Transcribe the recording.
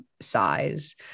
size